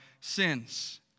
sins